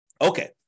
Okay